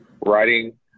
writing